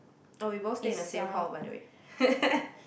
oh we both stay in the same hall by the way